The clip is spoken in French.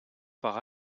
par